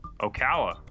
Ocala